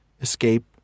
escape